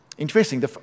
Interesting